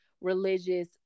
religious